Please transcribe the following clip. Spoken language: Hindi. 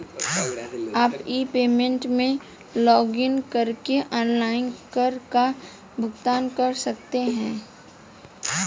आप ई पेमेंट में लॉगइन करके ऑनलाइन कर का भुगतान कर सकते हैं